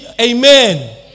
Amen